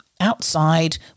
outside